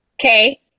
Okay